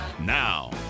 Now